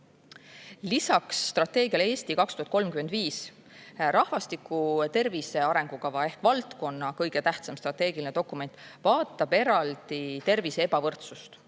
Lisaks strateegiale "Eesti 2035" vaatab rahvastiku tervise arengukava ehk valdkonna kõige tähtsam strateegiline dokument eraldi tervise ebavõrdsust,